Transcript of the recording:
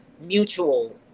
mutual